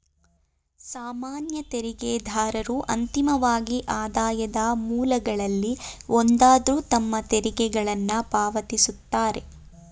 ಸಾಮಾನ್ಯ ತೆರಿಗೆದಾರರು ಅಂತಿಮವಾಗಿ ಆದಾಯದ ಮೂಲಗಳಲ್ಲಿ ಒಂದಾದ್ರು ತಮ್ಮ ತೆರಿಗೆಗಳನ್ನ ಪಾವತಿಸುತ್ತಾರೆ